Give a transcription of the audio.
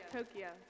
Tokyo